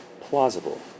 plausible